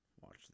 watch